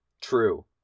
True